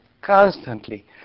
Constantly